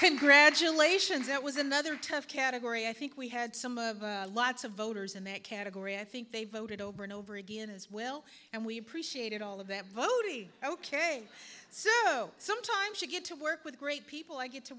congratulations that was another tough category i think we had some of the lots of voters in that category i think they voted over and over again as well and we appreciate all of that vote ok so sometimes you get to work with great people i get to